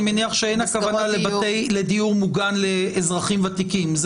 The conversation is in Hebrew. אני מניח שאין הכוונה לדיור מוגן לאזרחים ותיקים.